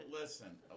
listen